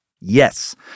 Yes